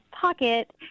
pocket